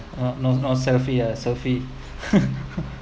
uh no no selfie ah selfie